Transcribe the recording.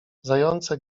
zające